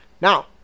Now